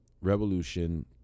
revolution